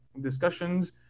discussions